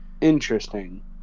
Interesting